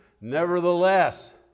nevertheless